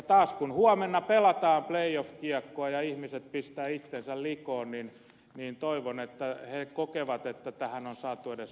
taas kun huomenna pelataan playoff kiekkoa ja ihmiset pistävät itsensä likoon niin toivon että he kokevat että tähän on saatu edes